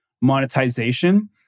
monetization